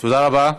תודה רבה.